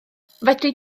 fedri